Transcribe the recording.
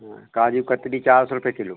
हाँ काजू कतली चार सौ रुपए किलो